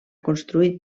construït